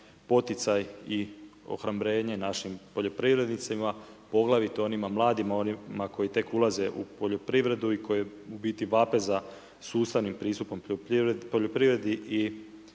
poticaj i ohrabljenje našim poljoprivrednicima, poglavito onima mladima, onima koji tek ulaze u poljoprivredu i koji u biti vape za sustavnim pristupom poljoprivredi i